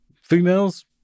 Females